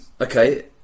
Okay